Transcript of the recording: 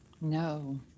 No